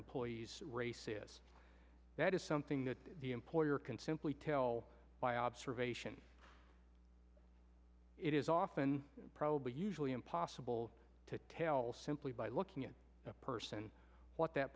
employees racist that is something that the employer can simply tell by observation it is often probably usually impossible to tell simply by looking at a person what that